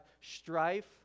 strife